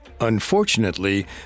Unfortunately